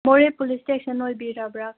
ꯃꯣꯔꯦ police station ꯑꯣꯏꯕꯤꯔꯕ꯭ꯔꯥ